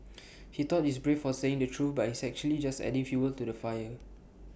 he thought he's brave for saying the truth but he's actually just adding fuel to the fire